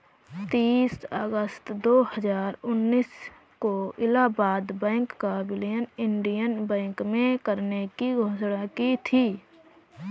तीस अगस्त दो हजार उन्नीस को इलाहबाद बैंक का विलय इंडियन बैंक में करने की घोषणा की थी